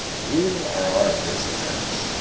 here are our visitors.